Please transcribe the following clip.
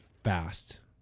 fast